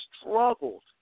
struggled